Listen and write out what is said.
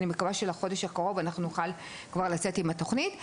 אני מקווה שבחודש הקרוב נוכל לצאת עם התוכנית.